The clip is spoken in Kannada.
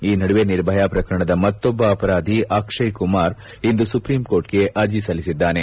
ಈ ನಡುವೆ ನಿರ್ಭಯಾ ಪ್ರಕರಣದ ಮತ್ತೊಬ್ಬ ಅಪರಾಧಿ ಅಕ್ಷಯ್ಕುಮಾರ್ ಇಂದು ಸುಪ್ರೀಂಕೋರ್ಟ್ಗೆ ಅರ್ಜೆ ಸಲ್ಲಿಸಿದ್ದಾನೆ